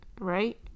Right